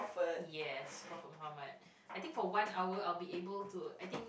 yes but for how much I think for one hour I will be able to I think